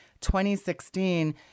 2016